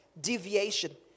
deviation